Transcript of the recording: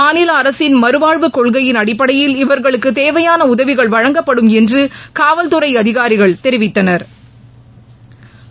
மாநில அரசின் மறுவாழ்வு கொள்கையின் அடிப்படையில் இவர்களுக்கு தேவையான உதவிகள் வழங்கப்படும் என்று காவல் துறை அதிகாரிகள் தெரிவித்தனா்